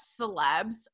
celebs